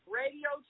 radio